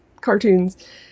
cartoons